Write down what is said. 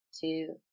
two